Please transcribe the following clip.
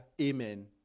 amen